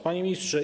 Panie Ministrze!